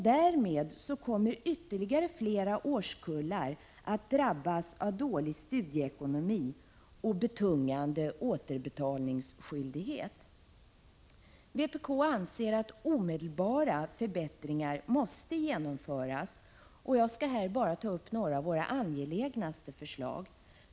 Därmed kommer ytterligare årskullar att drabbas av dålig studieekonomi och betungande återbetalningsskyldighet. Vpk anser att omedelbara förbättringar måste genomföras. Jag skall här bara ta upp några av våra mest angelägna förslag.